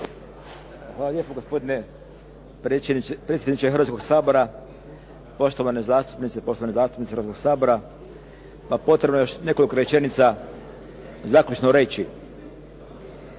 Hvala lijepo gospodine predsjedniče Hrvatskog sabora, poštovane zastupnice i poštovani zastupnici Hrvatskog sabora. Pa potrebno je nekoliko rečenica zaključno reći.